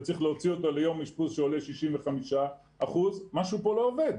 וצריך להוציא אותו ליום אשפוז שעולה 65% - משהו פה לא עובד.